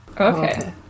Okay